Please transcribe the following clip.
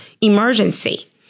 emergency